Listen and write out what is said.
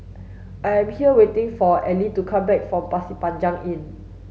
I am here waiting for Ellie to come back from Pasir Panjang Inn